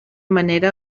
manera